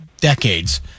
decades